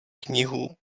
knihu